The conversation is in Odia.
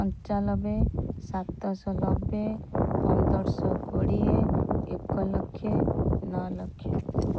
ପଞ୍ଚାନବେ ସାତଶହ ନବେ ପନ୍ଦରଶହ କୋଡ଼ିଏ ଏକଲକ୍ଷ ନଅ ଲକ୍ଷ